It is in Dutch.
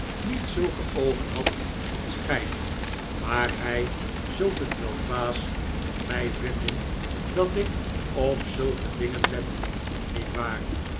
niet zulke oogen had als gij maar gij zult net wel dwaas van mij vinden dat ik op zulke dingen let niet waar